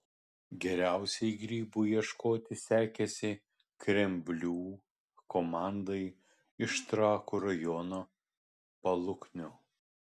geriausiai grybų ieškoti sekėsi kremblių komandai iš trakų rajono paluknio